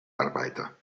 arbeiter